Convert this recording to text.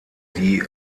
die